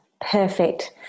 Perfect